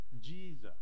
Jesus